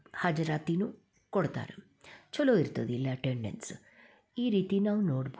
ಹಾಜರಾತಿನು ಕೊಡ್ತಾರೆ ಚಲೋ ಇರ್ತದ ಇಲ್ಲಿ ಅಟೆಂಡೆನ್ಸ್ ಈ ರೀತಿ ನಾವು ನೋಡಬಹುದು